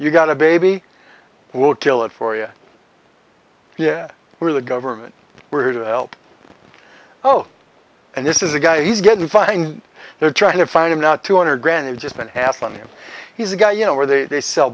you got a baby who will kill it for you yeah we're the government we're here to help oh and this is a guy he's getting fined they're trying to find him not two hundred grand it's been hassling him he's a guy you know where they sell